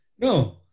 No